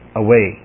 away